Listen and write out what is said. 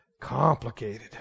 complicated